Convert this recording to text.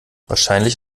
wahrscheinlich